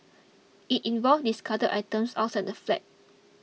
it involved discarded items outside the flat